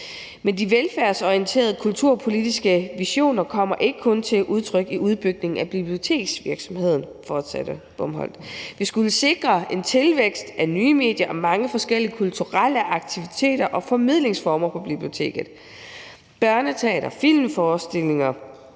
Men de velfærdsorienterede kulturpolitiske visioner kommer ikke kun til udtryk i udbygningen af biblioteksvirksomheden, fortsatte Bomholt; man skulle sikre en tilvækst af nye medier og mange forskellige kulturelle aktiviteter og formidlingsformer for biblioteket – børneteater, filmforestillinger,